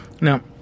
Now